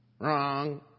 Wrong